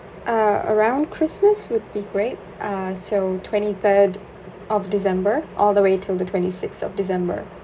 uh around christmas would be great uh so twenty third of december all the way till the twenty sixth of december